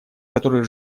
который